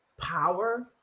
power